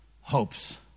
hopes